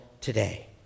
today